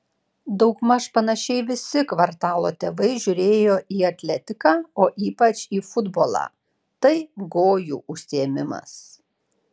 daugmaž panašiai visi kvartalo tėvai žiūrėjo į atletiką o ypač į futbolą tai gojų užsiėmimas